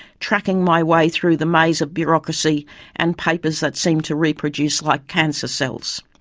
tracking my way through the maze of bureaucracy and papers that seem to reproduce like cancer cells.